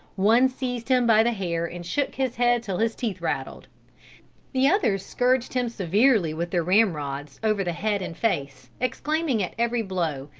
one seized him by the hair and shook his head till his teeth rattled the others scourged him severely with their ramrods over the head and face, exclaiming at every blow,